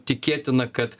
tikėtina kad